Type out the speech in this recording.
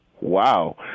Wow